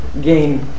game